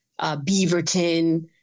Beaverton